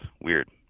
Weird